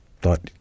thought